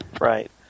Right